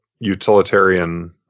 Utilitarian